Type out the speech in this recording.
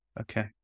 Okay